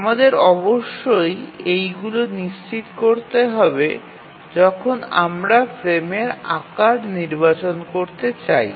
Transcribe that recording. আমাদের অবশ্যই এইগুলি নিশ্চিত করতে হবে যখন আমরা ফ্রেমের আকার নির্বাচন করতে চাই